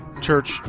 church,